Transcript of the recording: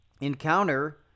encounter